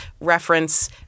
reference